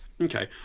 Okay